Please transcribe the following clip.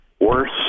worse